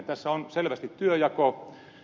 tässä on selvästi työnjako